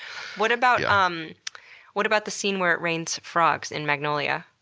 what about um what about the scene where it rains frogs in magnolia?